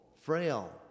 frail